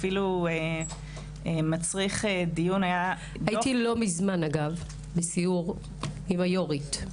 אגב, לא מזמן הייתי בסיור עם היו"רית,